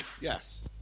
Yes